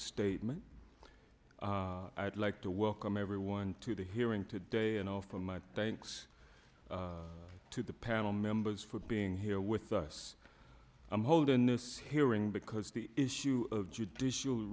statement i'd like to welcome everyone to the hearing today and offer my thanks to the panel members for being here with us i'm holding this hearing because the issue of judicial